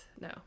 No